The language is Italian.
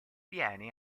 viene